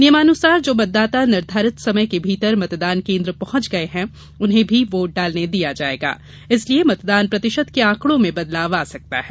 नियमानुसार जो मतदाता निर्धारित समय के भीतर मतदानकेंद्र पहुंच गये है उन्हें भी वोट डालने दिया जायेगा इसलिए मतदान प्रतिशत के आंकड़ो में बदलाव आ सकता है